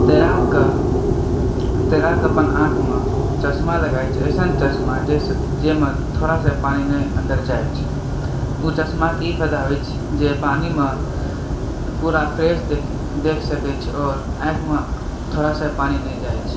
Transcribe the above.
तैराकके तैराकके अपन आँखि मे चश्मा लागैत अछि ओइसन चश्मा जाहिमे थोड़ा सा भी पानी नहि अन्दर जाइत अछि ओ चश्मा के ई फ़ायदा अछि जे पानि मे पूरा फ्रेस देख सकै छै आओर ऑंखि मे थोड़ा सा भी पानी नहि जाइ छै